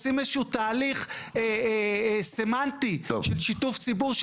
עושים איזשהו תהליך סמנטי של שיתוף ציבור,